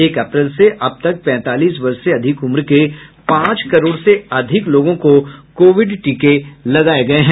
एक अप्रैल से अब तक पैंतालीस वर्ष से अधिक उम्र के पांच करोड से अधिक लोगों को कोविड टीके लगाये गए हैं